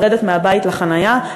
תמיד יהיה לנו יותר נוח לרדת מהבית לחניה,